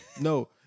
No